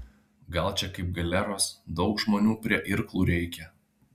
gal čia kaip galeros daug žmonių prie irklų reikia